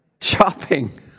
shopping